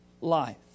life